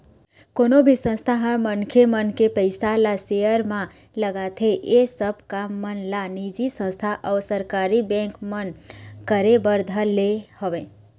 कोनो भी संस्था ह मनखे मन के पइसा ल सेयर म लगाथे ऐ सब काम मन ला निजी संस्था अऊ सरकारी बेंक मन करे बर धर ले हवय